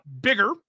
bigger